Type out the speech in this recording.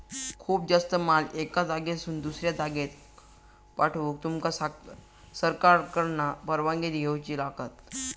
खूप जास्त माल एका जागेसून दुसऱ्या जागेक पाठवूक तुमका सरकारकडना परवानगी घेऊची लागात